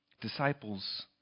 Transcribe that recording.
Disciples